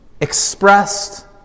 expressed